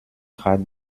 grad